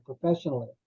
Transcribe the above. professionally